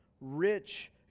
rich